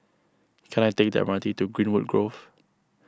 can I take the M R T to Greenwood Grove